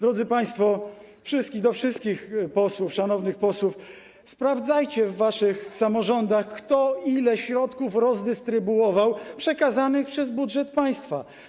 Drodzy państwo - do wszystkich szanownych posłów - sprawdzajcie w waszych samorządach, kto ile środków rozdystrybuował przekazanych przez budżet państwa.